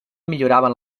milloraven